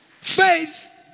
faith